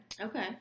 Okay